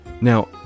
Now